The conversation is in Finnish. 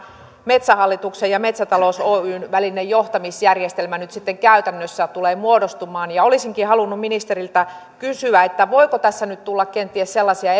metsähallituksen ja metsätalous oyn välinen johtamisjärjestelmä nyt sitten käytännössä tulee muodostumaan olisinkin halunnut ministeriltä kysyä voiko tässä nyt tulla kenties sellaisia